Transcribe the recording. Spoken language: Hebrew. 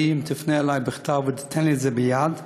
אם תפנה אלי בכתב ותיתן לי את זה ביד.